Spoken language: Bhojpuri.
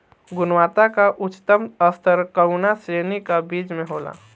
गुणवत्ता क उच्चतम स्तर कउना श्रेणी क बीज मे होला?